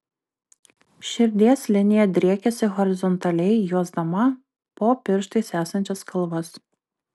širdies linija driekiasi horizontaliai juosdama po pirštais esančias kalvas